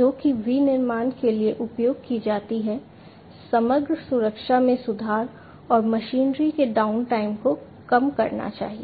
जो कि विनिर्माण के लिए उपयोग की जाती है समग्र सुरक्षा में सुधार और मशीनरी के डाउनटाइम को कम करना चाहिए